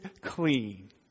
clean